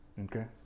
Okay